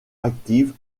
active